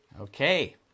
Okay